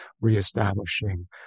reestablishing